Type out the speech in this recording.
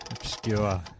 obscure